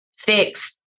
fixed